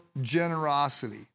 generosity